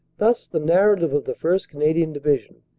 thus, the narrative of the first. canadian divi sion,